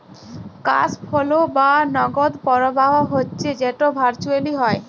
cash flow বা নগদ পরবাহ হচ্যে যেট ভারচুয়েলি হ্যয়